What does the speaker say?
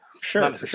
Sure